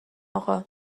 آقا